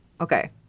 Okay